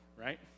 right